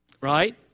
Right